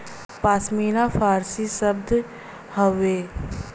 पश्मीना फारसी शब्द हउवे